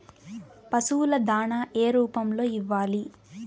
పశువుల దాణా ఏ రూపంలో ఇవ్వాలి?